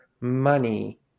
money